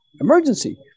emergency